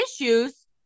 issues